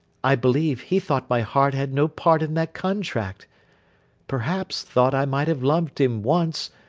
i believe he thought my heart had no part in that contract perhaps thought i might have loved him once,